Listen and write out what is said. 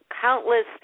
countless